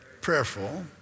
prayerful